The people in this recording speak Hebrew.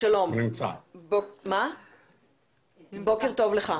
בוקר טוב.